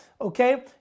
okay